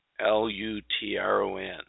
L-U-T-R-O-N